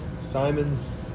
Simon's